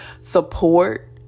support